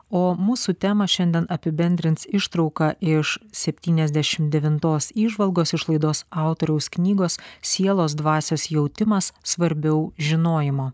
o mūsų temą šiandien apibendrins ištrauka iš septyniasdešim devintos įžvalgos iš laidos autoriaus knygos sielos dvasios jautimas svarbiau žinojimo